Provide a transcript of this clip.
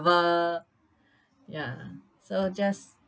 ya so just